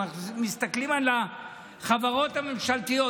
אם אנחנו מסתכלים על החברות הממשלתיות,